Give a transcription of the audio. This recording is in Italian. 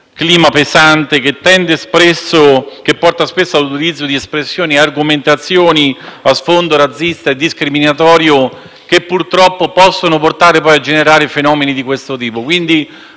clima eccessivamente pesante, che porta spesso all'utilizzo di espressioni e di argomentazioni a sfondo razzista e discriminatorio, che purtroppo possono portare poi a generare fenomeni di questo tipo.